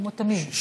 כמו תמיד.